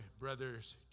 brother's